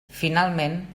finalment